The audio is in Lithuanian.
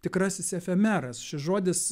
tikrasis efemeras šis žodis